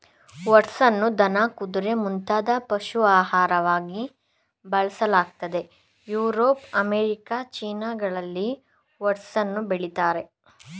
ಓಟ್ಸನ್ನು ದನ ಕುದುರೆ ಮುಂತಾದ ಪಶು ಆಹಾರವಾಗಿ ಬಳಕೆಯಾಗ್ತಿದೆ ಯುರೋಪ್ ಅಮೇರಿಕ ಚೀನಾಗಳಲ್ಲಿ ಓಟ್ಸನ್ನು ಬೆಳಿತಾರೆ